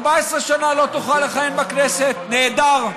14 שנה לא תוכל לכהן בכנסת, נהדר.